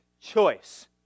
choice